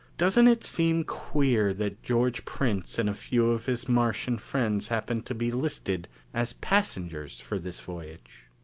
doesn't it seem queer that george prince and a few of his martian friends happen to be listed as passengers for this voyage?